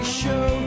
show